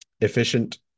efficient